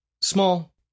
small